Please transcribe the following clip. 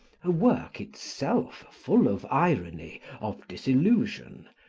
a work itself full of irony, of disillusion,